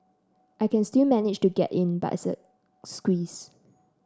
I can still manage to get in but it's a squeeze